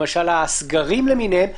למשל הסגרים למיניהם,